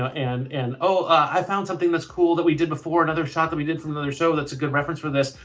and and oh, i found something that's cool that we did before, another shot that we did from another show that's a good reference for this.